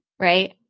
right